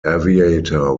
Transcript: aviator